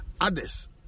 others